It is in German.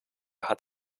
hat